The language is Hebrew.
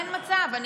אין מצב.